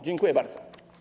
Dziękuję bardzo.